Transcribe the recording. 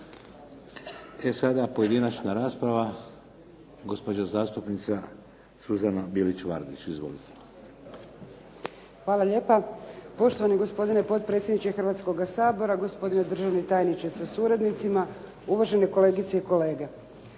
E sada pojedinačna rasprava, gospođa zastupnica Suzana Bilić Vardić. Izvolite. **Bilić Vardić, Suzana (HDZ)** Hvala lijepa. Poštovani gospodine potpredsjedniče Hrvatskoga sabora, gospodine državni tajniče sa suradnicima, uvažene kolegice i kolege.